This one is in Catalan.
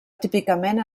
típicament